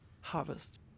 harvest